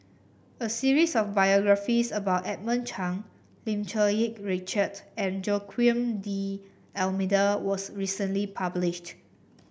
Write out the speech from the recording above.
a series of biographies about Edmund Chen Lim Cherng Yih Richard and Joaquim D'Almeida was recently published